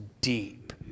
deep